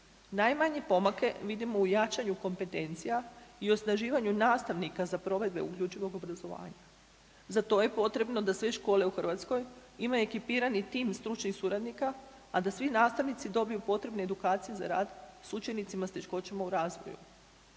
Najmanje pomake vidimo u jačanju kompetencija i osnaživanju nastavnika za provedbe uključivog obrazovanja. Za to je potrebno da sve škole u Hrvatskoj imaju ekipirani tim stručnih suradnika, a da svi nastavnici dobiju potrebne edukacije za rad s učenicima s teškoćama u razvoju.